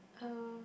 uh